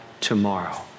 tomorrow